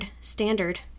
Standard